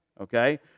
okay